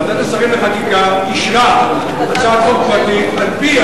ועדת השרים לחקיקה אישרה הצעת חוק פרטית שעל-פיה